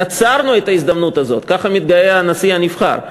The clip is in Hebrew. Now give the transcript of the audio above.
יצרנו את ההזדמנות הזאת"; ככה מתגאה הנשיא הנבחר.